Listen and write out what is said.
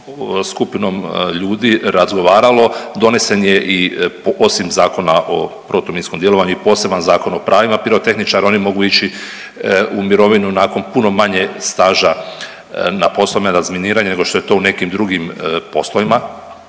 skupinom ljudi razgovaralo, donesen je i osim Zakona o protuminskom djelovanju i poseban zakon o pravima pirotehničara, oni mogu ići u mirovinu nakon puno manje staža na poslovima razminiranja nego što je to u nekim drugim poslovima,